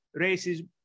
racism